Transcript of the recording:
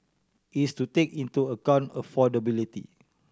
is to take into account affordability